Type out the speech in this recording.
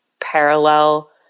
parallel